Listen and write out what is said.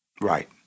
Right